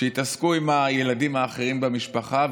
שיתעסקו עם הילדים האחרים במשפחה,